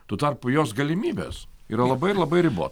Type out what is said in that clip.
tuo tarpu jos galimybės yra labai labai ribot